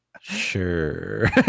Sure